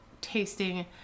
tasting